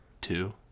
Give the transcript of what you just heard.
two